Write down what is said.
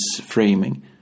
framing